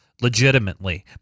legitimately